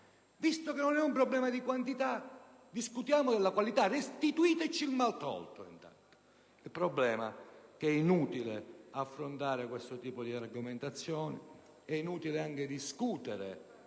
Visto che non è un problema di quantità, discutiamo della qualità. Restituite il maltolto! Ma è inutile affrontare questo tipo di argomentazioni, è inutile discutere